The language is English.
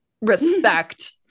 Respect